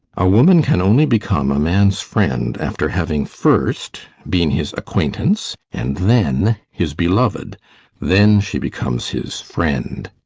a woman can only become a man's friend after having first been his acquaintance and then his beloved then she becomes his friend.